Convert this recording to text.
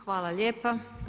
Hvala lijepa.